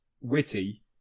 witty